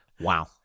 Wow